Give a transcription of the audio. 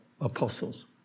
apostles